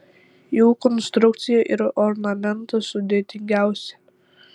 jų konstrukcija ir ornamentas sudėtingiausi